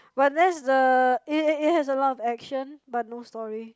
but that's the it it has a lot of action but no story